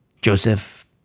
Joseph